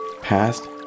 past